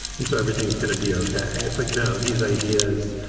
and so everything's gonna be ok. it's like, no, these ideas,